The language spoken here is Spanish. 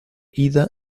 ida